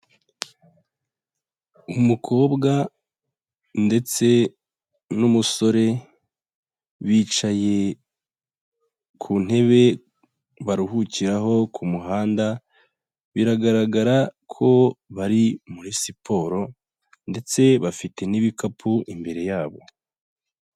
Umukobwa ndetse n'umusore bicaye ku ntebe baruhukiraho ku muhanda, biragaragara ko bari muri siporo ndetse bafite n'ibikapu imbere yabo.